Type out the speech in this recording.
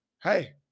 hey